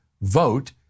vote